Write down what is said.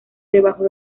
debajo